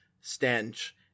stench